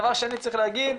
דבר שני צריך להגיד,